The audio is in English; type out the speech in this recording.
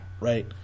right